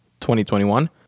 2021